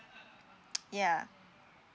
yeah